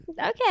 Okay